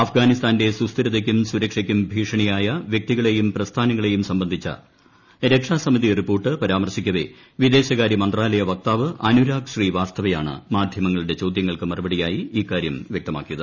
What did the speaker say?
അഫ്ഗാനിസ്ഥാന്റെ സുസ്ഥിരതയ്ക്കും സുരക്ഷയ്ക്കും ഭീഷണിയായ വൃക്തികളേയും പ്രസ്ഥാനങ്ങളേയും സംബന്ധിച്ച രക്ഷാസമിതി റിപ്പോർട്ട് പരാമർശിക്കവെ വിദേശകാരൃമന്ത്രാലയ വക്താവ് അനുരാഗ് ശ്രീ വാസ്തവയാണ് മാധൃമങ്ങളുടെ ചോദൃങ്ങൾക്ക് മറുപടിയായി ഇക്കാരൃം വൃക്തമാക്കിയത്